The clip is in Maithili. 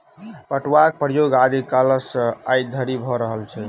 पटुआक प्रयोग आदि कालसँ आइ धरि भ रहल छै